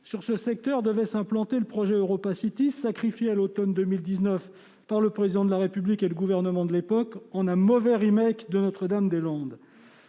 Sur ce secteur devait s'implanter le projet EuropaCity, sacrifié à l'automne 2019 par le Président de la République et le gouvernement de l'époque, dans un mauvais de Notre-Dame-des-Landes.